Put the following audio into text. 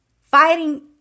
Fighting